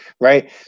Right